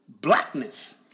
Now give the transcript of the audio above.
blackness